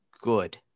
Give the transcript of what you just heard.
good